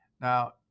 Now